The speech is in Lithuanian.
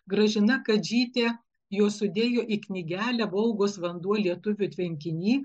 gražina kadžytė juos sudėjo į knygelę volgos vanduo lietuvių tvenkiny